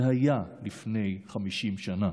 זה היה לפני 50 שנה,